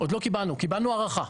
עוד לא קיבלנו, קיבלנו הערכה.